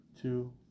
Two